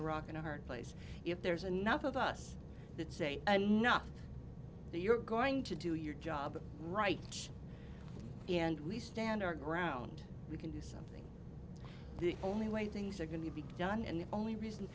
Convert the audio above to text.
a rock and a hard place if there's enough of us that say and not the you're going to do your job right and we stand our ground we can do something the only way things are going to be done and the only reason